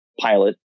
pilot